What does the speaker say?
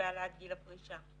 בהעלאת גיל הפרישה.